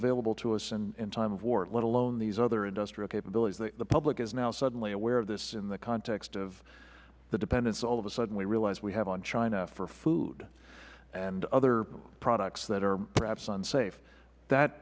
available to us in time of war let alone these other industrial capabilities the public is now suddenly aware of this in the context of the dependence that all of a sudden we realize we have on china for food and for other products that are perhaps unsafe that